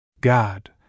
God